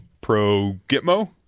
pro-GITMO